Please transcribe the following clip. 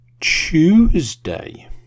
Tuesday